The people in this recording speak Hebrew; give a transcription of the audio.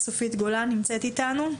צופית גולן נמצאת איתנו?